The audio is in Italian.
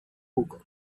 buco